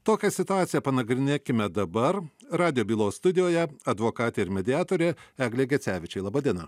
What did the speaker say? tokią situaciją panagrinėkime dabar radijo bylos studijoje advokatė ir mediatorė eglė gecevičė laba diena